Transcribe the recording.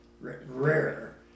Rare